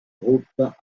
groupe